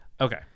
Okay